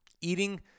eating